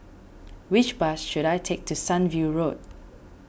which bus should I take to Sunview Road